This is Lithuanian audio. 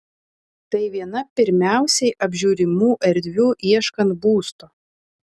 tai viena pirmiausiai apžiūrimų erdvių ieškant būsto